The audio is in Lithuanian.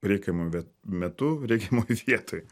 reikiamam metu reikiamoj vietoj